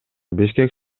бишкек